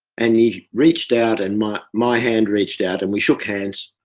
and he reached out and my my hand reached out and we shook hands.